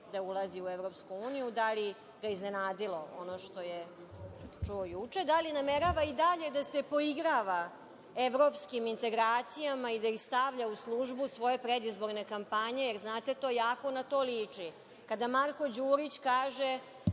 da ulazi u EU? Da li ga je iznenadilo ono što je čuo juče? Da li namerava i dalje da se poigrava evropskim integracijama i da ih stavlja u službu svoje predizborne kampanje, jer znate, to jako na to liči? Kada Marko Đurić kaže